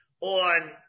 on